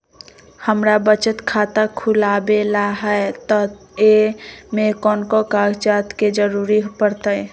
हमरा बचत खाता खुलावेला है त ए में कौन कौन कागजात के जरूरी परतई?